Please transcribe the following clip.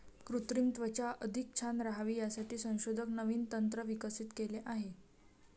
कृत्रिम त्वचा अधिक छान राहावी यासाठी संशोधक नवीन तंत्र विकसित केले आहे